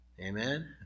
amen